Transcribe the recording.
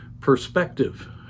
perspective